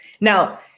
Now